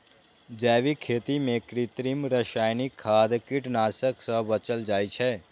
जैविक खेती मे कृत्रिम, रासायनिक खाद, कीटनाशक सं बचल जाइ छै